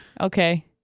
Okay